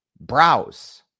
browse